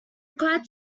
required